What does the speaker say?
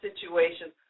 situations